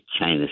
China